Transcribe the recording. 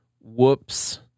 Whoops